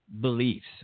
beliefs